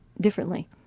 differently